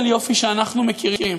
איך שהחברה הקרובה והרחוקה מסתכלת עליה.